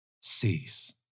cease